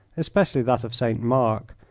especially that of st. mark,